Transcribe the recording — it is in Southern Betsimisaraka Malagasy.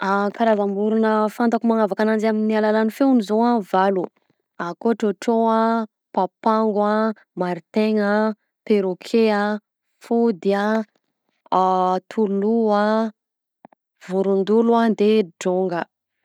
Karazam-borogna fantako magnavaka ananjy amin'ny alalan'ny feony zao a valo: akao traotrao a, papango a, martaigna a, perroquet a, fody a, toloho a, vorondolo a de drônga.